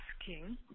asking